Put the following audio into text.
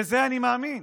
בזה אני מאמין,